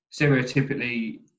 stereotypically